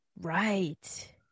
right